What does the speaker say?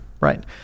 right